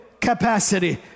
capacity